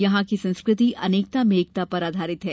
यहां की संस्कृति अनेकता में एकता पर आधारित है